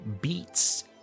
beats